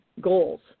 goals